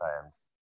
times